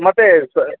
ಮತ್ತು ಸರ್